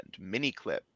Miniclip